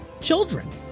children